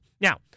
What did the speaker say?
Now